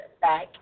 back